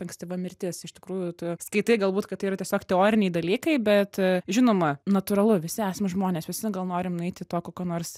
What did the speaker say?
ankstyva mirtis iš tikrųjų tu skaitai galbūt kad tai yra tiesiog teoriniai dalykai bet žinoma natūralu visi esam žmonės visi gal norim nueiti to kokio nors